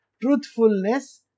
Truthfulness